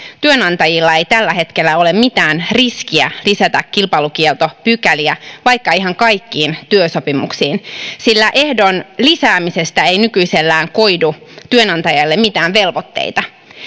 työnantajilla ei tällä hetkellä ole mitään riskiä lisätä kilpailukieltopykäliä vaikka ihan kaikkiin työsopimuksiin sillä ehdon lisäämisestä ei nykyisellään koidu työnantajalle mitään velvoitteita